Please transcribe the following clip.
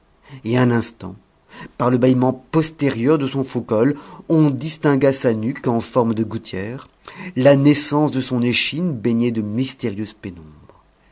et un instant par le bâillement postérieur de son faux-col on distingua sa nuque en forme de gouttière la naissance de son échine baignée de mystérieuse pénombre